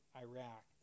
Iraq